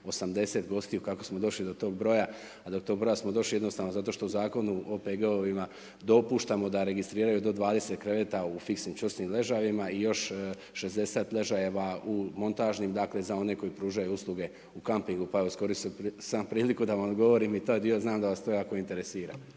80 gostiju kako smo došli do toga broja. A do tog broja smo došli jednostavno zato što u Zakonu o OPG-ovima dopuštamo da registriraju do 20 kreveta u fiksnim čvrstim ležajevima i još 60 ležajeva u montažnim dakle za one koji pružaju usluge u kampingu. Pa evo iskoristio sam priliku da vam govorim i taj dio, znam da vas to jako interesira.